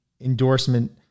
endorsement